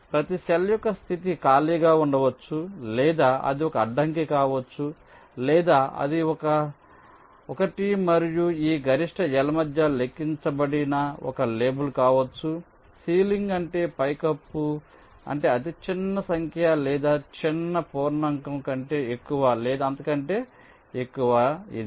ప్రతి సెల్ యొక్క స్థితి ఖాళీగా ఉండవచ్చు లేదా అది ఒక అడ్డంకి కావచ్చు లేదా ఇది 1 మరియు ఈ గరిష్ట L మధ్య లెక్కించబడిన ఒక లేబుల్ కావచ్చు సీలింగ్ అంటే అతిచిన్న సంఖ్య లేదా చిన్న పూర్ణాంకం కంటే ఎక్కువ లేదా అంతకంటే ఎక్కువ ఇది